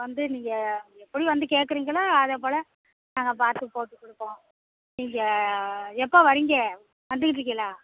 வந்து நீங்கள் எப்படி வந்து கேட்குறீங்களோ அதை போல் நாங்கள் பார்த்து போட்டு கொடுப்போம் நீங்கள் எப்போ வரங்க வந்துகிட்டுருக்கீங்களா